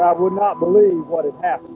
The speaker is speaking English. um would not believe what had happened